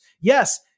Yes